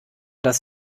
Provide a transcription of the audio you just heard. das